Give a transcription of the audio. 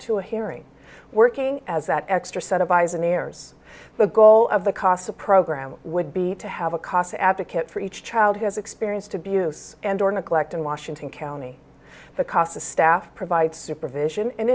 to a hearing working as that extra set of eyes and ears the goal of the casa program would be to have a cost advocate for each child who has experienced abuse and or neglect in washington county the casa staff provide supervision and